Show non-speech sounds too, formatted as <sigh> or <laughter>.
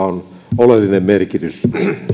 <unintelligible> on oleellinen merkitys